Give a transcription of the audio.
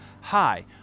hi